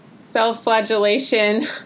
self-flagellation